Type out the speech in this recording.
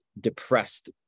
depressed